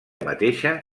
mateixa